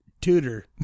tutor